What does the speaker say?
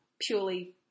Purely